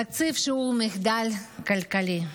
תקציב שהוא מחדל כלכלי.